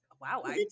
wow